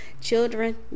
children